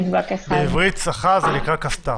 בעברית צחה זה נקרא כסת"ח.